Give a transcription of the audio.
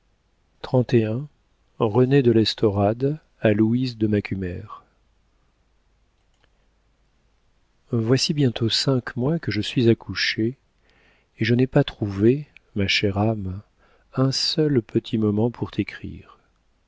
de l'estorade a louise de macumer voici bientôt cinq mois que je suis accouchée et je n'ai pas trouvé ma chère âme un seul petit moment pour t'écrire